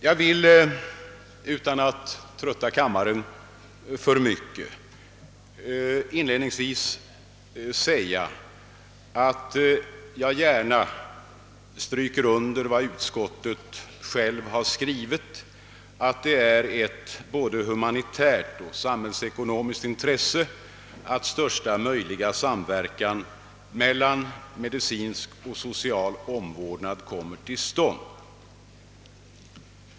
Jag vill, herr talman, inledningsvis gärna notera vad utskottet självt har framhållit, att det är ett både humanitärt och samhällsekonomiskt intresse att största möjliga samverkan mellan medicinsk och social omvårdnad kommer till stånd.